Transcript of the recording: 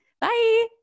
Bye